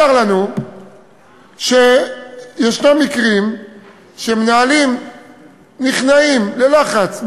צר לנו שיש מקרים שמנהלים נכנעים ללחץ,